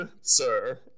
sir